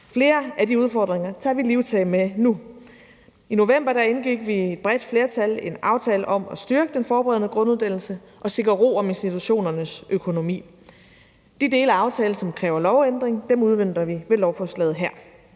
Flere af de udfordringer tager vi livtag med nu. I november indgik vi – et bredt flertal – en aftale om at styrke den forberedende grunduddannelse og sikre ro om institutionernes økonomi. De dele af aftalen, som kræver lovændring, udmønter vi med lovforslaget her.